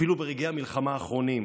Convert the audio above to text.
אפילו ברגעי המלחמה האחרונים,